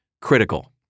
critical